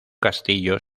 castillo